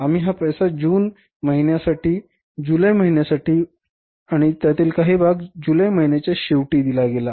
आम्ही हा पैसा जून महिन्यासाठी जुलै महिन्यासाठी वापरला आणि त्यातील काही भाग जुलै महिन्याच्या शेवटी दिला गेला